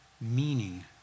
meaning